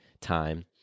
time